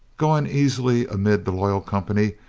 going easily amid the loyal company,